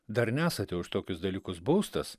dar nesate už tokius dalykus baustas